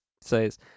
says